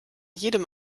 jedem